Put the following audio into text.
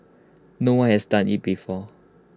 no one has done IT before